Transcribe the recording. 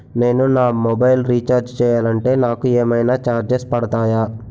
నేను నా mobile recharge చేయాలంటే నాకు ఏమైనా చార్జెస్ పడతాయా?